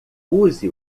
use